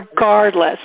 Regardless